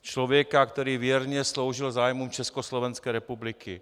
Člověka, který věrně sloužil zájmům Československé republiky.